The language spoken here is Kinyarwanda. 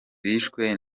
bishwe